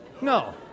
No